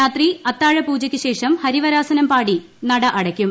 രാത്രി അത്താഴ പൂജക്ക് ശ്രേഷം ഹരിവരാസനം പാടി നട അടയ്ക്കും